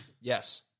Yes